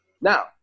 Now